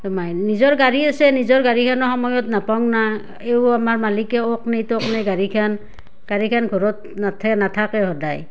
তোমাৰ নিজৰ গাড়ী আছে নিজৰ গাড়ীখনো সময়ত নাপাওঁ না এওঁ আমাৰ মালিকেও অ'ত নি ত'ত নি গাড়ীখান গাড়ীখান ঘৰত নাথে নাথাকে সদায়